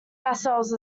ourselves